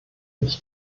ich